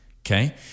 Okay